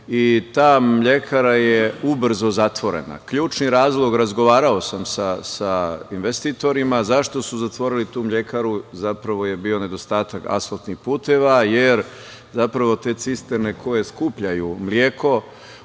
i ta mlekara je ubrzo zatvorena. Ključni razlog, razgovarao sam sa investitorima zašto su zatvorili tu mlekaru, zapravo je bio nedostatak asfaltnih puteva, jer zapravo te cisterne koje skupljaju mleko,